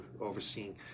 overseeing